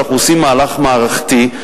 שאנחנו עושים מהלך מערכתי,